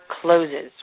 closes